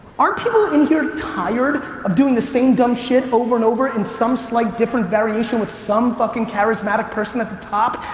aren't people in here tired of doing the same dumb shit over and over in some slight different variation with some fuckin' charismatic person at the top,